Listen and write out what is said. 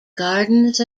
gardens